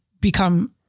become